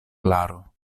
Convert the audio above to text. klaro